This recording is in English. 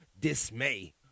dismay